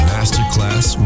Masterclass